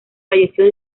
falleció